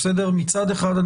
מצד אחד,